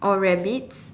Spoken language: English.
or rabbits